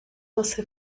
você